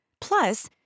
Plus